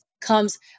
comes